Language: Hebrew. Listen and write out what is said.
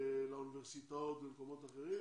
לאוניברסיטאות ולמקומות אחרים.